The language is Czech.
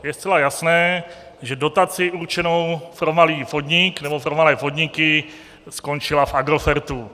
Je zcela jasné, že dotace určená pro malý podnik nebo pro malé podniky skončila v Agrofertu.